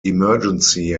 emergency